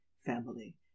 family